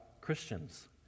Christians